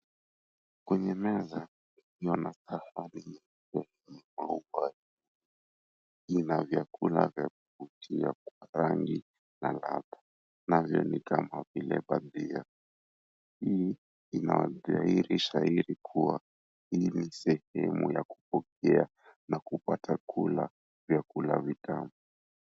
Kwenye meza iliyo na sahani mweupe, ina vyakula vya kutia kwa rangi na ladha navyo ni kama vile bajia. Hii ina dhahiri shahiri hili kuwa ni sehemu ya kupokea na kupata kula vyakula vitamu.